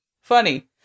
funny